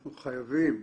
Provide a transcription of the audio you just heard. אנחנו חייבים